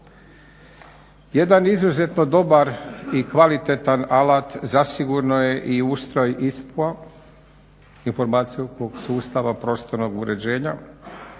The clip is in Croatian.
Jedan izuzetno dobar i kvalitetan alat zasigurno je i ustroj ISPU – Informacijskog sustava prostornog uređenja